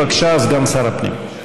בבקשה, סגן שר הפנים.